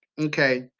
okay